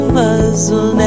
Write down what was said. muzzle